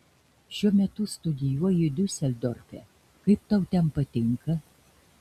šiuo metu studijuoji diuseldorfe kaip tau ten patinka